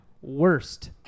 worst